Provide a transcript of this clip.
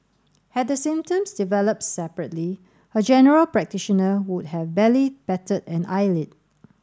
had the symptoms developed separately her general practitioner would have barely batted an eyelid